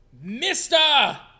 Mister